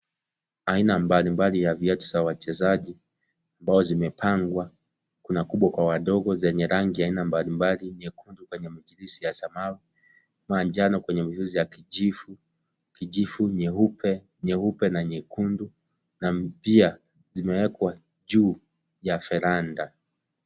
Aina mbali mbali ya viatu za wachezaji ambao zimepangwa kuna kubwa kwa wadogo zenye rangi aina mbalimbali nyekundu yenye michirizi ya samawi, manjano kwenye michirizi ya kijivu, kijivu nyeupe, nyeupe na nyekundu na pia zimeekwa juu ya veranda .